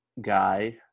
guy